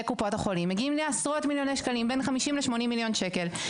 קופות החולים מגיעים לעשרות מיליוני שקלים בין 50 ל-80 מיליון שקל.